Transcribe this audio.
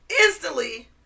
instantly